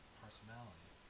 personality